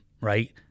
right